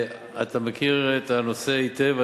אתה מכיר את הנושא היטב,